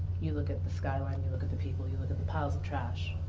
you look at the skyline you look at the people, you look at the piles of trash.